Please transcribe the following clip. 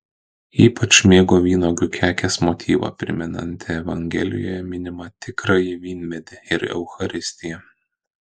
ypač mėgo vynuogių kekės motyvą primenantį evangelijoje minimą tikrąjį vynmedį ir eucharistiją